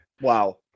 Wow